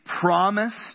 promised